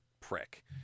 prick